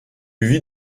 vit